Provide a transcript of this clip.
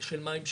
של מים שפירים,